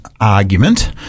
argument